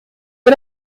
wir